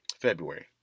February